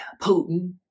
Putin